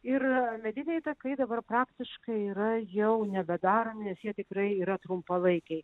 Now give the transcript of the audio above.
ir mediniai takai dabar praktiškai yra jau nebedaromi nes jie tikrai yra trumpalaikiai